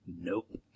Nope